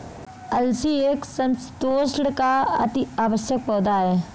अलसी एक समशीतोष्ण का अति आवश्यक पौधा है